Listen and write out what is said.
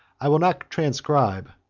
i will not transcribe,